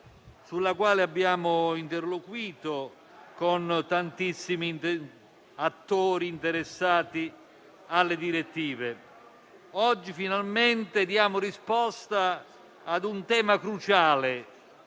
sulla quale abbiamo interloquito con tantissimi attori interessati alle direttive. Oggi finalmente diamo risposta ad un tema cruciale: